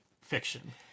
fiction